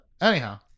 anyhow